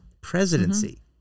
presidency